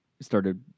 started